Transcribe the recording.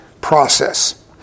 process